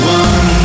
one